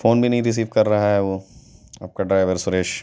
phone بھی نہیں receive کر رہا ہے وہ آپ کا ڈرائیور سریش